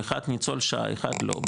אחד ניצול שואה ואחד לא,